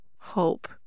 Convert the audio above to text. hope